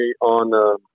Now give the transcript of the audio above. on